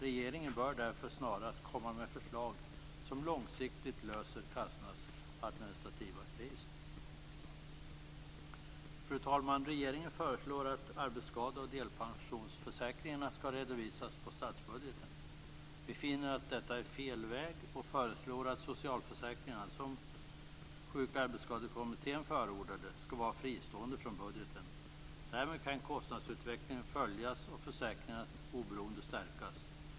Regeringen bör därför snarast komma med förslag som långsiktigt löser kassornas administrativa kris. Regeringen föreslår att arbetsskade och delpensionsförsäkringarna skall redovisas i statsbudgeten. Vi finner att detta är fel väg och föreslår att socialförsäkringarna, som Sjuk och arbetsskadekommittén förordade, skall vara fristående från budgeten. Därmed kan kostnadsutvecklingen följas och försäkringarnas oberoende stärkas.